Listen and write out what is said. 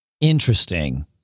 Interesting